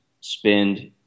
spend